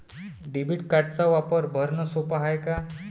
Debit कार्डचा वापर भरनं सोप हाय का?